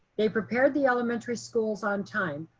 they prepared the elementary schools on time.